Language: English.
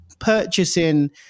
purchasing